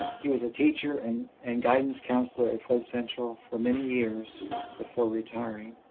he was a teacher and and guidance counselor at floyd central for many years before retiring,